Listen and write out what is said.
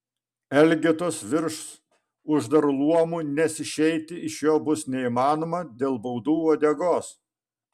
elgetos virs uždaru luomu nes išeiti iš jo bus neįmanoma dėl baudų uodegos